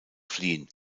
fliehen